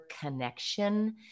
connection